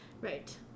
Right